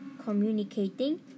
communicating